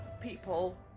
people